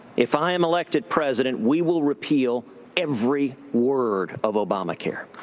if i'm elected president, we will repeal every word of obamacare.